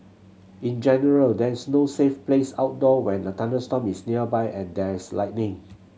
in general there is no safe place outdoor when a thunderstorm is nearby and there is lightning